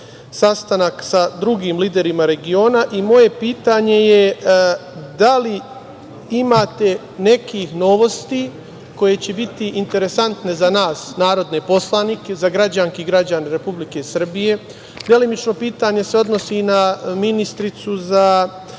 sastanak sa drugim liderima regiona. Moje pitanje je – da li imate nekih novosti koje će biti interesantne za nas narodne poslanike, za građanke i građane Republike Srbije? Delimično, pitanje se odnosi i na ministarku za